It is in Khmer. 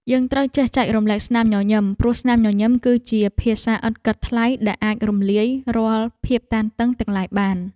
យើងត្រូវចេះចែករំលែកស្នាមញញឹម ព្រោះស្នាមញញឹមគឺជាភាសាឥតគិតថ្លៃដែលអាចរំលាយរាល់ភាពតានតឹងទាំងឡាយបាន។